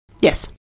Yes